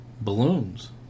balloons